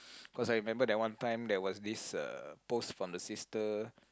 cause I remember that one time there was this uh post from the sister